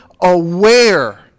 aware